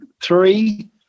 three